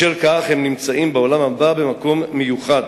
בשל כך הם נמצאים בעולם הבא במקום מיוחד,